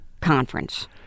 conference